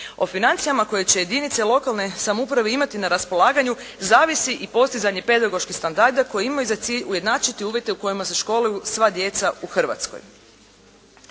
O financijama koje će jedinice lokalne samouprave imati na raspolaganju zavisi i postizanje pedagoških standarda koji imaju za cilj ujednačiti uvjete u kojima se školuju sva djeca u Hrvatskoj.